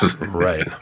Right